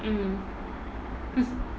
mm